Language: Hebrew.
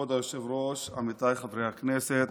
כבוד היושב-ראש, עמיתיי חברי הכנסת,